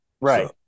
Right